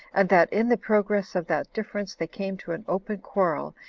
and that in the progress of that difference they came to an open quarrel,